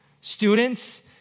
students